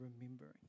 remembering